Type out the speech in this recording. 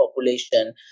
population